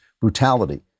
brutality